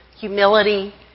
humility